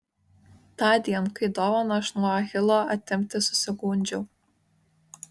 tądien kai dovaną aš nuo achilo atimti susigundžiau